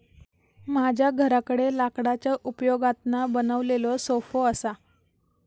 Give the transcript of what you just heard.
माझ्या घराकडे लाकडाच्या उपयोगातना बनवलेलो सोफो असा